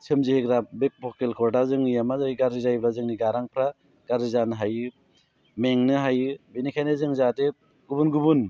सोमजिहोग्रा बे भकेल कर्दआ जोंनिया मा जायो गाज्रि जायोब्ला जोंनि गारांफ्रा गाज्रि जानो हायो मेंनो हायो बेनिखायनो जों जाहाथे गुबुन गुबुन